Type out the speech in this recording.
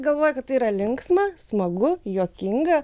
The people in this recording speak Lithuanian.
galvoja kad tai yra linksma smagu juokinga